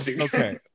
okay